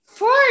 Four